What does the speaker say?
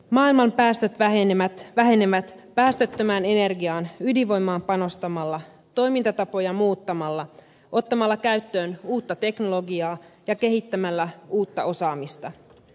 maailman päästöt vähenevät päästöttömään energiaan ydinvoimaan panostamalla toimintatapoja muuttamalla ottamalla käyttöön uutta teknologiaa ja kehittämällä uutta osaamista